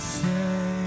say